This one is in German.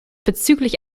bezüglich